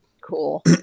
Cool